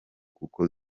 kuko